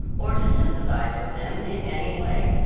or to sympathize with them in any way.